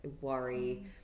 worry